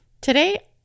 Today